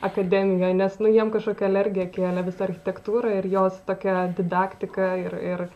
akademijoj nes nu jiem kažkokią alergiją kėlė visa architektūra ir jos tokia didaktika ir ir